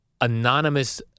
anonymous